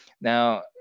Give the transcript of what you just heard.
Now